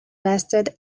lasted